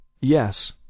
Yes